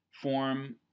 form